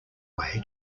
way